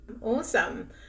Awesome